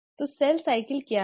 तो cell cycle क्या है